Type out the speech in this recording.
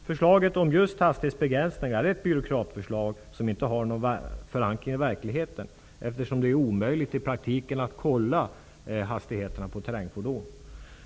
Förslaget om hastighetsbegränsning är ett byråkratförslag som inte har någon förankring i verkligheten, eftersom det är omöjligt i praktiken att kolla hastigheterna hos terrängfordon.